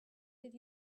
did